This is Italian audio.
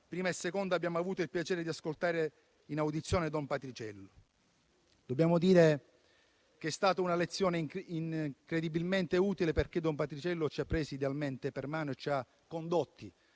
1a e 2a abbiamo avuto il piacere di ascoltare in audizione don Patriciello: dobbiamo dire che è stata una lezione incredibilmente utile, perché ci ha presi idealmente per mano e ci ha condotti